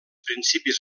principis